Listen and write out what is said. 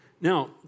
Now